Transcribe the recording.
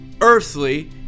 earthly